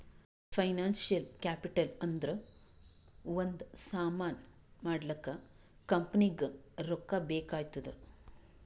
financial capital ಅಂದುರ್ ಒಂದ್ ಸಾಮಾನ್ ಮಾಡ್ಲಾಕ ಕಂಪನಿಗ್ ರೊಕ್ಕಾ ಬೇಕ್ ಆತ್ತುದ್